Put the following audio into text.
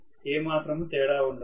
ఏ మాత్రమూ తేడా ఉండదు